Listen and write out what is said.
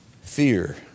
Fear